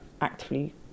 actively